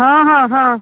ହଁ ହଁ ହଁ